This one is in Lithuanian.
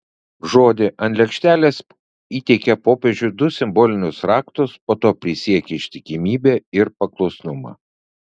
žodį ant lėkštelės įteikė popiežiui du simbolinius raktus po to prisiekė ištikimybę ir paklusnumą